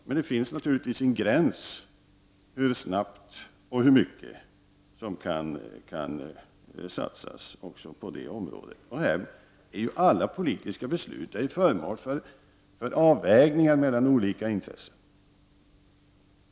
Däremot finns det naturligtvis en gräns för hur snabbt man kan satsa och hur mycket också på detta område. I detta sammanhang är ju alla politiska beslut föremål för avvägningar mellan olika intressen.